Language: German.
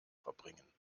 verbringen